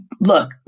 Look